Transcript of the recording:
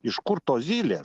iš kur tos zylės